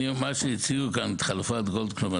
אני אומר שהציעו כאן את חלוקת גולדקנופף,